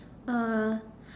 uh